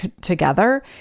together